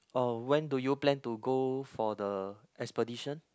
oh when do you plan to go for the expedition